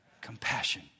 compassion